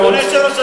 אדוני היושב-ראש,